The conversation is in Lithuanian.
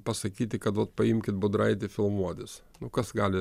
pasakyti kada vat paimkit budraitį filmuotis nu kas gali